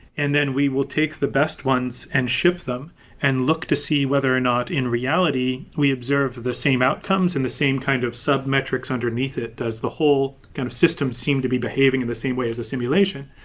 and then we will take the best ones and ship them and look to see whether or not in reality we observe the same outcomes and the same kind of sub-metrics underneath it, does the whole kind of system seem to be behaving in the same way as a simulation?